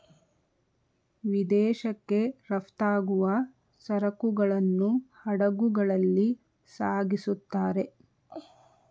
ವಿದೇಶಕ್ಕೆ ರಫ್ತಾಗುವ ಸರಕುಗಳನ್ನು ಹಡಗುಗಳಲ್ಲಿ ಸಾಗಿಸುತ್ತಾರೆ